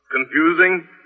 Confusing